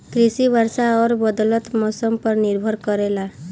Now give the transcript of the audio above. कृषि वर्षा और बदलत मौसम पर निर्भर करेला